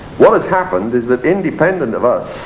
what has happened is that independent of us,